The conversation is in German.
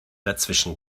dazwischen